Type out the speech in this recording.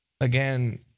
again